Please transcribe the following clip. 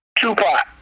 Tupac